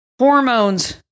hormones